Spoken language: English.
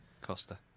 Costa